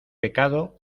pecado